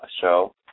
show